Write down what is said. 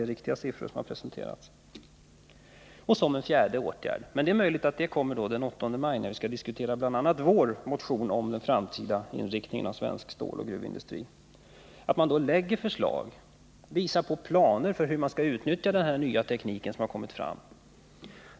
Jag tror de siffror som har presenterats är riktiga. Och som en fjärde åtgärd — men det är möjligt att det kommer ett förslag till den 8 maj, när kammarens ledamöter bl.a. skall diskutera vår motion om den framtida inriktningen av svensk ståloch gruvindustri — bör man lägga fram förslag och planer i fråga om hur man skall kunna utnyttja den nya teknik som har kommit fram.